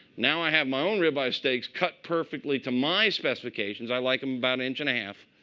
now i have my own ribeye steaks cut perfectly to my specifications. i like them about an inch and a half.